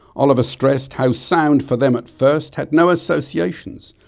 oliver stressed how sound for them, at first had no associations,